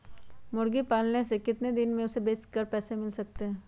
मुर्गी पालने से कितने दिन में हमें उसे बेचकर पैसे मिल सकते हैं?